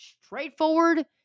straightforward